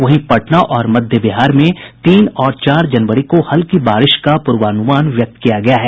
वहीं पटना और मध्य बिहार में तीन और चार जनवरी को हल्की बारिश का पूर्वानुमान व्यक्त किया गया है